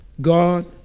God